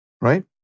right